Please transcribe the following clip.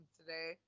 today